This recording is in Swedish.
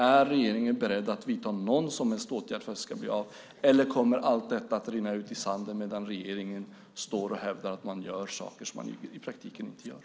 Är regeringen beredd att vidta någon som helst åtgärd för att det ska bli av, eller kommer allt detta att rinna ut i sanden medan regeringen står och hävdar att man gör saker som man i praktiken inte gör?